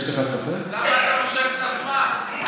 אז למה אתה מושך את הזמן?